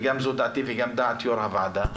וזו דעתי וגם דעת יו"ר הוועדה,